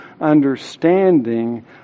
understanding